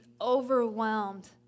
overwhelmed